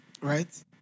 Right